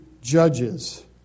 Judges